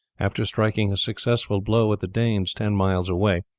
after striking a successful blow at the danes ten miles away,